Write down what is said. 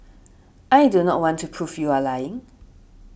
I do not want to prove you are lying